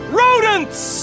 rodents